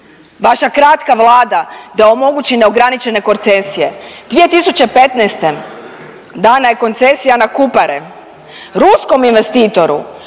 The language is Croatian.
vaša kratka Vlada da omogući neograničene koncesije. 2015. dana je koncesija na Kupare ruskom investitoru,